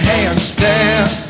Handstand